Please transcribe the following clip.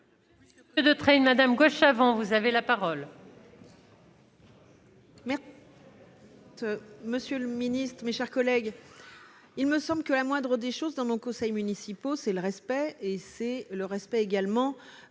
Monsieur le Ministre, mes chers collègues, il me semble que la moindre des choses, dans nos conseils municipaux, c'est le respect et c'est le respect également